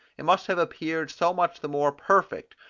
it must have appeared so much the more perfect,